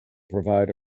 provide